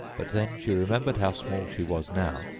but then she remembered how small she was now,